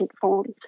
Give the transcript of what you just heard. forms